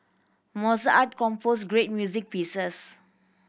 Mozart composed great music pieces